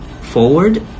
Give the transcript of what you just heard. forward